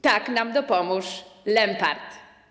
Tak nam dopomóż Lempart!